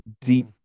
deep